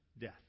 death